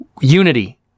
unity